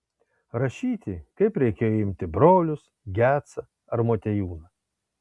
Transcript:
rašyti kaip reikėjo imti brolius gecą ar motiejūną